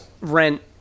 Rent